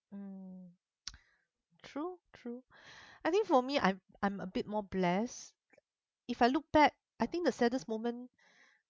mm true true I think for me I'm I'm a bit more blessed if I looked back I think the saddest moment